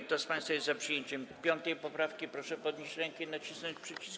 Kto z państwa jest za przyjęciem 5. poprawki, proszę podnieść rękę i nacisnąć przycisk.